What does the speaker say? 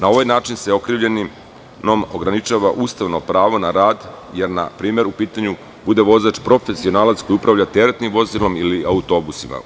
Na ovaj način se okrivljenom ograničava ustavno pravo na rad, jer npr. bude vozač profesionalac koji upravlja teretnim vozilom ili autobusima.